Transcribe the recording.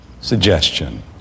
suggestion